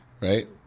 Right